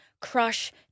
crush